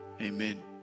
amen